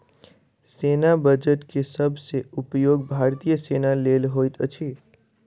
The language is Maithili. सेना बजट के सब सॅ उपयोग भारतीय सेना लेल होइत अछि